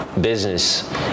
business